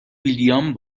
ویلیام